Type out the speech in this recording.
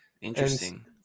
interesting